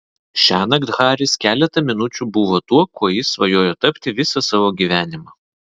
šiąnakt haris keletą minučių buvo tuo kuo jis svajojo tapti visą savo gyvenimą